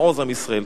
לעוז עם ישראל.